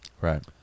Right